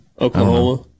Oklahoma